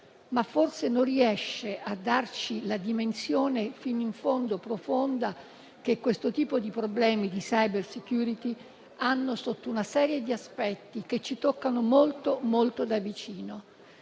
ma forse non riesce a darci fino in fondo la dimensione profonda che i problemi di *cybersecurity* hanno sotto una serie di aspetti che ci toccano molto da vicino.